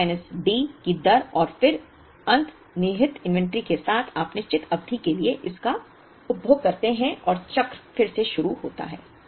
P minus D की दर और फिर अंतर्निहित इन्वेंट्री के साथ आप निश्चित अवधि के लिए इसका उपभोग करते हैं और चक्र फिर से शुरू होता है